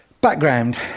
Background